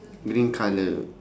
green colour